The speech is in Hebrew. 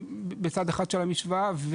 מצד אחד של המשוואה,